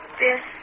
Yes